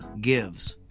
gives